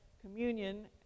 communion